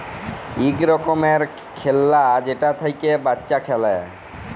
ইক রকমের খেল্লা যেটা থ্যাইকে বাচ্চা খেলে